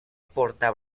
porta